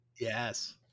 Yes